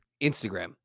Instagram